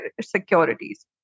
securities